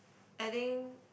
I think